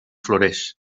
floreix